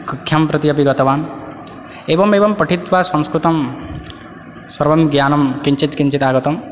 कक्षां प्रति अपि गतवान् एवमेवं पठित्वा संस्कृतं सर्वं ज्ञानं किञ्चित् किञ्चित् आगतं